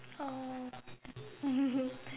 oh